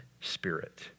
spirit